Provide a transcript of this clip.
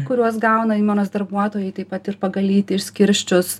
kuriuos gauna įmonės darbuotojai taip pat ir pagal lytį išskirsčius